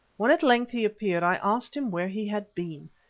when at length he appeared i asked him where he had been.